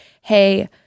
hey